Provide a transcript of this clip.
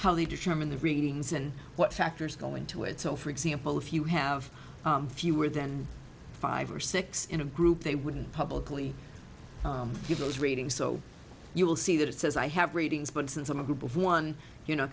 how they determine the readings and what factors go into it so for example if you have fewer than five or six in a group they wouldn't publicly give those ratings so you will see that it says i have ratings but since i'm a group of one you're not